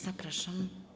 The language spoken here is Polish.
Zapraszam.